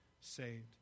saved